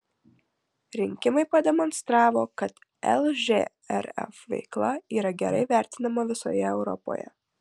rinkimai pademonstravo kad lžrf veikla yra gerai vertinama visoje europoje